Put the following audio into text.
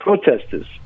protesters